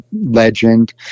legend